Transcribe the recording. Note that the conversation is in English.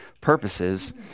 purposes